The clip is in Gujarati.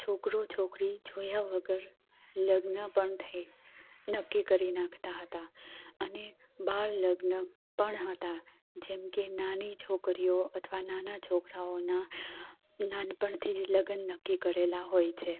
છોકરો છોકરી જોયા વગર લગ્ન પણ થાય નક્કી કરી નાખતા હતા અને બાળ લગ્ન પણ હતા જેમકે નાની છોકરીઓ અથવા નાના છોકરાઓના નાનપણથી જ લગન નક્કી કરેલા હોય છે